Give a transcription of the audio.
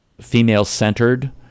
female-centered